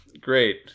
Great